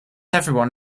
everyone